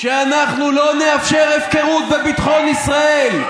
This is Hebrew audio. אנחנו לא נאפשר הפקרות בביטחון ישראל.